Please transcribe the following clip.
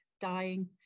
dying